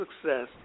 success